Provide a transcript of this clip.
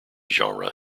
genre